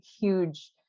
huge